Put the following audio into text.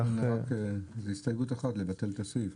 יש כאן רק איזו הסתייגות אחת לבטל את הסעיף,